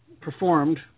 performed